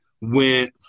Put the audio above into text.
went